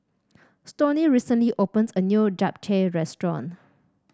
Stoney recently opens a new Japchae Restaurant